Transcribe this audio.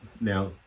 now